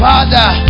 Father